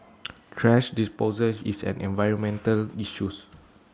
thrash disposal is an environmental issues